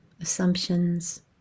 assumptions